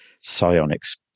Psionics